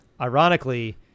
ironically